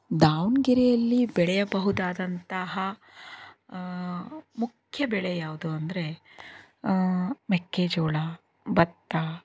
ದಾವಣಗೆರೆಯಲ್ಲಿ ಬೆಳೆಯಬಹುದಾದಂತಹ ಮುಖ್ಯ ಬೆಳೆ ಯಾವುದು ಅಂದರೆ ಮೆಕ್ಕೆಜೋಳ ಭತ್ತ